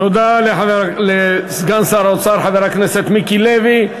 תודה לסגן שר האוצר חבר הכנסת מיקי לוי.